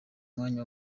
mwanya